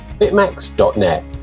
bitmax.net